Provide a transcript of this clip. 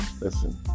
listen